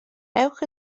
ewch